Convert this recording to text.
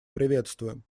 приветствуем